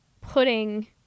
putting